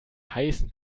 heißen